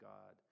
God